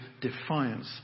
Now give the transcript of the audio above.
defiance